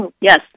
Yes